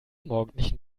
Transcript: morgendlichen